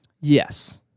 Yes